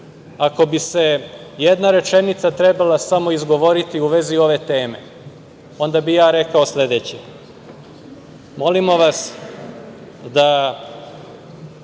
bi se jedna rečenica trebala samo izgovoriti u vezi ove teme, onda bi ja rekao sledeće – molimo vas da